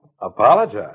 Apologize